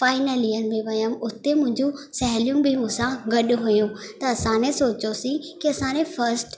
final year में वयमि उते मुंहिंजो सहेलियूं बि मुसां गॾु हुइयूं त असांने सोचियोसीं के असांने फस्ट